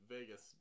Vegas